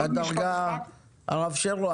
הרב שרלו,